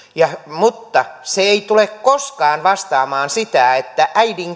mutta se ei tule koskaan vastaamaan sitä että